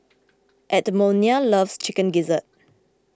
Edmonia loves Chicken Gizzard